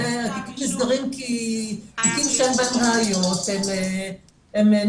זה הסדרים כי תיקים שאין בהם ראיות הם נסגרים.